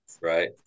right